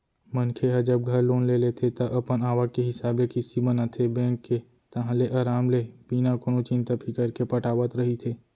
मनखे ह जब घर लोन लेथे ता अपन आवक के हिसाब ले किस्ती बनाथे बेंक के ताहले अराम ले बिना कोनो चिंता फिकर के पटावत रहिथे